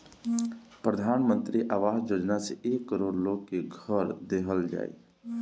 प्रधान मंत्री आवास योजना से एक करोड़ लोग के घर देहल जाई